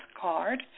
card